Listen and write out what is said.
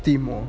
team lor